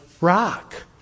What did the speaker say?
rock